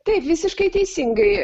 taip visiškai teisingai